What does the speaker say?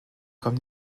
kommt